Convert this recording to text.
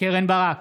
קרן ברק,